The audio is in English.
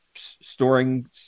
storing